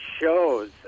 shows